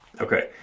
Okay